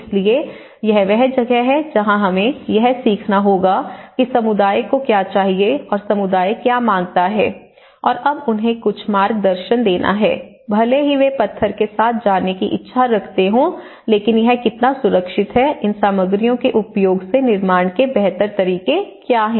इसलिए यह वह जगह है जहां हमें यह देखना होगा कि समुदाय को क्या चाहिए और समुदाय क्या मांगता है और अब उन्हें कुछ मार्गदर्शन देना है भले ही वे पत्थर के साथ जाने की इच्छा रखते हों लेकिन यह कितना सुरक्षित है इन सामग्रियों के उपयोग से निर्माण के बेहतर तरीके क्या हैं